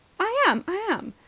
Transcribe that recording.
i am. i am,